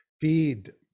feed